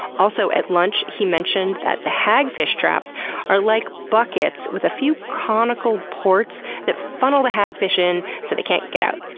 also, at lunch he mentioned that the hagfish traps are like buckets with a few conical ports that funnel the hagfish in so they can't get out.